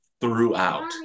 throughout